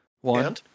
one